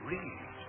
Read